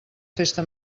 festa